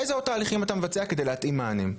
איזה עוד תהליכים אתה מבצע כדי להתאים מענים?